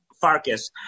Farkas